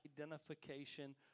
identification